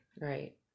Right